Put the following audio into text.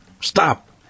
Stop